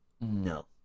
no